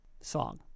song